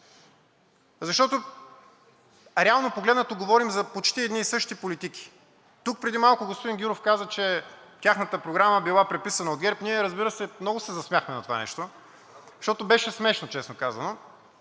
защото, реално погледнато, говорим за почти едни и същи политики. Тук преди малко господин Гюров каза, че тяхната програма била преписана от ГЕРБ, ние, разбира се, много се засмяхме на това нещо, защото беше смешно, честно казано,